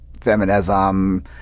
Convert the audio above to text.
feminism